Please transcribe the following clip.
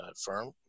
firm